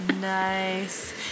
Nice